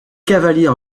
cavaliers